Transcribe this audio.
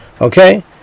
Okay